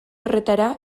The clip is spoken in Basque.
horretara